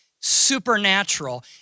supernatural